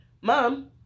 Mom